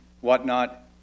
whatnot